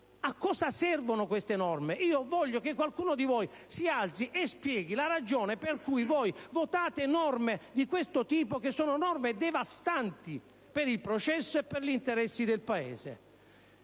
A cosa servono queste norme? Voglio che qualcuno di voi si alzi e spieghi la ragione per cui voi votate norme di questo tipo che sono devastanti, per il processo e per gli interessi del Paese!